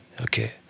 okay